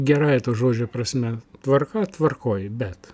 gerąja to žodžio prasme tvarka tvarkoj bet